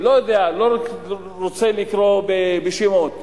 אני לא רוצה לקרוא בשמות.